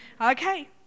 Okay